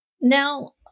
Now